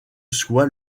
soit